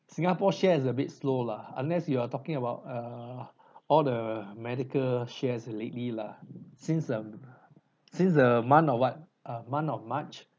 singapore shares a bit slow lah unless you are talking about err all the medical shares lately lah since um since a month or what a month of march